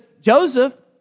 Joseph